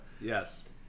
yes